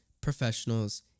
professionals